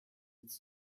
its